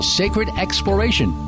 sacredexploration